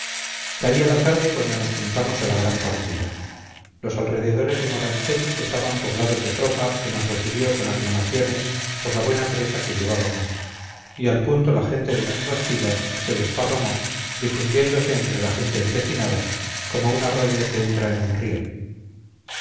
caía la tarde cuando nos juntamos a la gran partida los alrededores de moranchel estaban poblados de tropa que nos recibió con aclamaciones por la buena presa que llevábamos y al punto la gente de nuestras filas se desparramó difundiéndose entre la gente empecinada como un arroyo que entra en un río